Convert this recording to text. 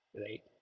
Right